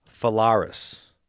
Phalaris